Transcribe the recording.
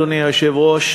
אדוני היושב-ראש,